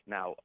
Now